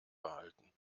behalten